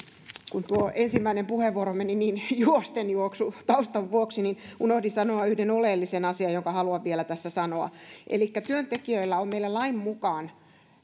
kun tuo ensimmäinen puheenvuoro meni niin juosten juoksutaustan vuoksi unohdin sanoa yhden oleellisen asian jonka haluan vielä tässä sanoa elikkä työntekijöillä on meillä lain mukaan